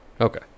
Okay